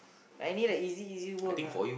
like any like easy easy work lah